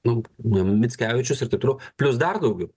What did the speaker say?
nu mickevičius ir taip toliau plius dar daugiau